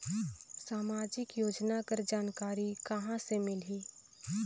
समाजिक योजना कर जानकारी कहाँ से मिलही?